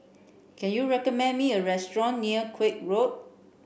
can you recommend me a restaurant near Koek Road